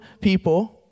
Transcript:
people